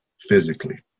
physically